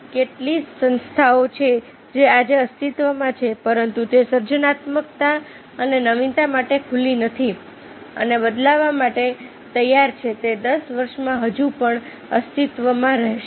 કેટલી સંસ્થાઓ છે જે આજે અસ્તિત્વમાં છે પરંતુ તે સર્જનાત્મકતા અને નવીનતા માટે ખુલ્લી નથી અને બદલવા માટે તૈયાર છે તે 10 વર્ષમાં હજુ પણ અસ્તિત્વમાં રહેશે